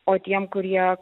o tiem kurie